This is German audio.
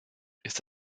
ist